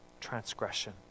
transgression